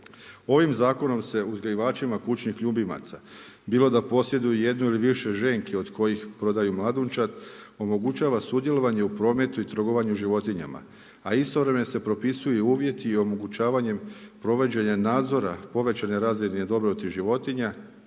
Ovim zakonom se uzgajivačima kućnih ljubimaca, bilo da posjeduje jedu ili više ženki od koji prodaju mladunčad, omogućava sudjelovanje u prometu i trgovanju životinjama. A istovremeno se propisuju uvjeti i omogućavanjem provođenje nadzorna povećane …/Govornik se ne razumije./… životinja